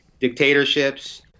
dictatorships